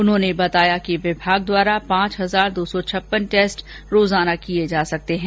उन्होंने बताया कि विभाग द्वारा पांच हजार दो सौ छप्पन टैस्ट रोजाना किए जा सकते हैं